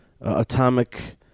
atomic